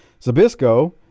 Zabisco